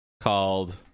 Called